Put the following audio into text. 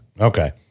Okay